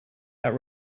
that